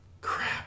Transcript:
crap